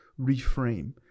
reframe